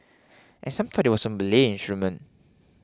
and some thought it was a Malay instrument